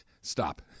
Stop